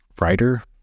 writer